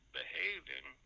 behaving